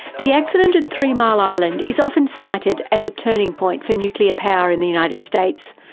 the accident at three mile island is often cited as a turning point for nuclear power in the united states,